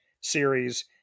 series